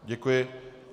Děkuji.